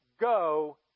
go